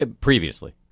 previously